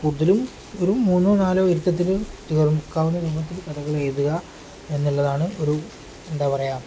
കൂടുതലും ഒരു മൂന്നോ നാലോ ഇരുത്തത്തിൽ തീർക്കാവുന്ന രൂപത്തിൽ കഥകൾ എഴുതുക എന്നുള്ളതാണ് ഒരു എന്താ പറയുക